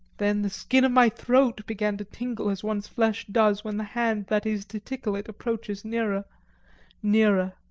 then the skin of my throat began to tingle as one's flesh does when the hand that is to tickle it approaches nearer nearer.